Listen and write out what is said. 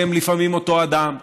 שהם לפעמים אותו אדם,